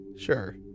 Sure